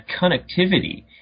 connectivity